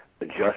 adjust